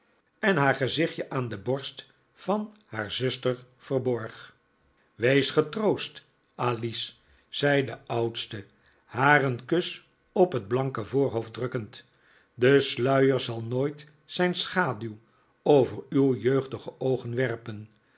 en haar gezichtje aan de borst van haar zuster verborg ongeluk over het huis van de zusters wees getroost alice zei de oudste haar een kus op het blanke voorhoofd drukkend de sluier zal nooit zijn schaduw over uw jeugdige oogen